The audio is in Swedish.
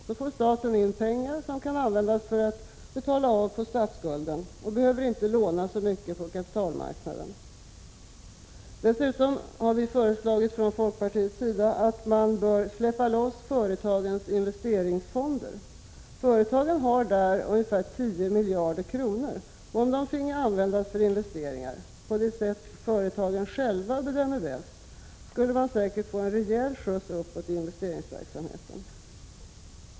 Då får staten in pengar som kan användas för att betala av på statsskulden. Då behöver inte staten låna så mycket på den svenska kapitalmarknaden. Dessutom anser vi i folkpartiet att man bör släppa loss företagens investeringsfonder. Företagen har där ca 10 miljarder kronor, och om de finge användas för investeringar — på det sätt företagen själva bedömer bäst — skulle investeringsverksamheten sannolikt få en rejäl skjuts uppåt. Fru talman!